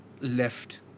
left